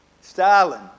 Stalin